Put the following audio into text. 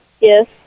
Yes